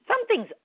something's